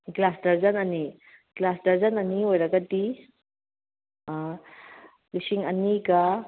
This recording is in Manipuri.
ꯒꯤꯂꯥꯁ ꯗꯔꯖꯟ ꯑꯅꯤ ꯒꯤꯂꯥꯁ ꯗꯔꯖꯟ ꯑꯅꯤ ꯑꯣꯏꯔꯒꯗꯤ ꯂꯤꯁꯤꯡ ꯑꯅꯤꯒ